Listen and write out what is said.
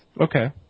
Okay